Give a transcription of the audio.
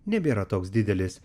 nebėra toks didelis